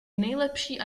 nejlepší